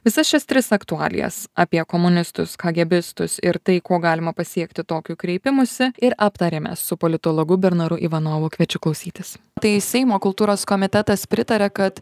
visas šias tris aktualijas apie komunistus kagėbistus ir tai ko galima pasiekti tokiu kreipimusi ir aptarėme su politologu bernaru ivanovu kviečiu klausytis tai seimo kultūros komitetas pritarė kad